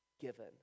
given